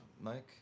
Mike